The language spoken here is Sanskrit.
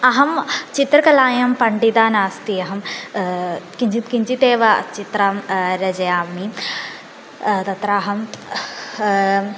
अहं चित्रकलायां पण्डिता नास्ति अहं किञ्चित् किञ्चितेव चित्रं रचयामि तत्र अहं